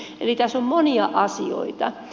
eli tässä on monia asioita